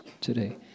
today